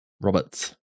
Robert's